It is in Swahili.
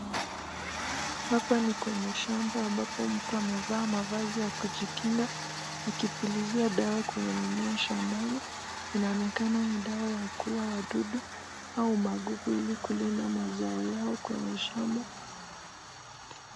Hapa ni kwenye shamba ambapo mtu amevaa mavazi ya kujikinga akipulizia dawa kwenye mimea shambani inaonekana ni dawa kuuwa wadudu au magugu ili kulinda mazao yao kwenye shamba.